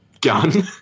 gun